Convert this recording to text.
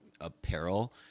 apparel